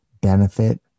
benefit